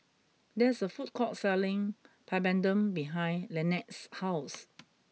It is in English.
there is a food court selling Papadum behind Lynette's house